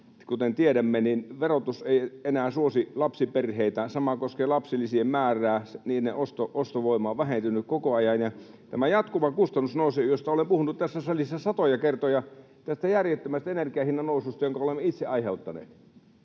Kuten tiedämme, niin verotus ei enää suosi lapsiperheitä. Sama koskee lapsilisien määrää. Niiden ostovoima on vähentynyt koko ajan. Tästä jatkuvasta kustannusnoususta olen puhunut tässä salissa satoja kertoja, tästä järjettömästä energian hinnan noususta, jonka olemme itse aiheuttaneet,